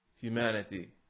humanity